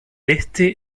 este